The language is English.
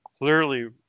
clearly